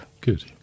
Good